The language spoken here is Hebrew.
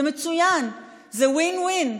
זה מצוין, זה win-win,